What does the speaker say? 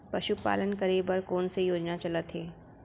पशुपालन करे बर कोन से योजना चलत हे?